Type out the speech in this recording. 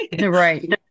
right